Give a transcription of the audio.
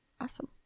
awesome